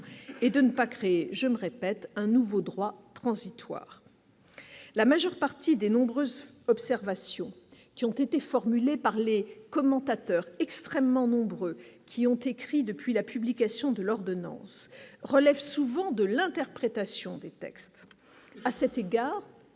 et de ne pas créer, je me répète un nouveau droit transitoire la majeure partie des nombreuses observations qui ont été formulées par les commentateurs extrêmement nombreuses, qui ont écrit depuis la publication de l'ordonnance relève souvent de l'interprétation des textes à cet égard,